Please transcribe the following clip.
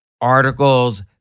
articles